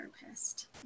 therapist